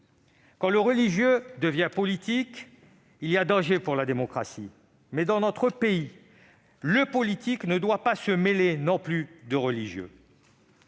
Quand le religieux devient politique, il y a danger pour la démocratie, mais inversement le politique ne doit pas se mêler de religieux.